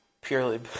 purely